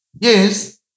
Yes